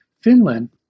Finland